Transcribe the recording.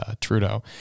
Trudeau